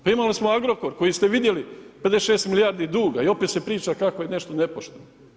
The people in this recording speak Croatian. Pa imali smo Agrokor koji ste vidjeli, 56 milijardi duga i opet se priča kako je nešto nepošteno.